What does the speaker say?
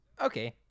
okay